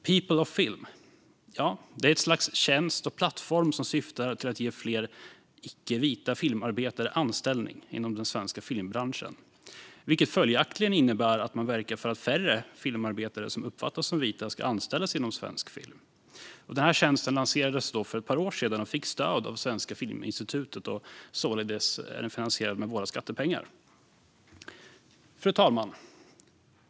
People of Film är ett slags tjänst och plattform som syftar till att ge fler icke-vita filmarbetare anställning inom den svenska filmbranschen, vilket följaktligen innebär att man verkar för att färre filmarbetare som uppfattas som vita ska anställas inom svensk film. Den här tjänsten lanserades för ett par år sedan. Den fick stöd av Svenska Filminstitutet och är således finansierad med våra skattepengar. Fru talman!